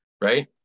right